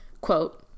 quote